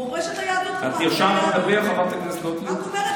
מורשת היהדות